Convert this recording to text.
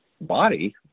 body